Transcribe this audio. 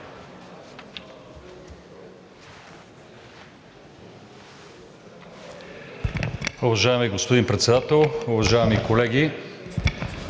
Уважаеми господин Председател, уважаеми колеги!